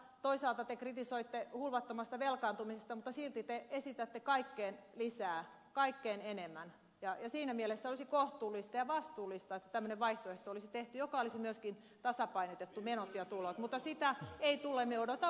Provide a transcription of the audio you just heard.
toisaalta te kritisoitte hulvattomasta velkaantumisesta mutta silti te esitätte kaikkeen lisää kaikkeen enemmän ja siinä mielessä olisi kohtuullista ja vastuullista että tämmöinen vaihtoehto olisi tehty joka olisi myöskin tasapainotettu menot ja tulot mutta sitä ei tule